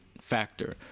factor